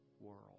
world